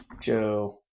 Joe